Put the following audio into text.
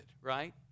right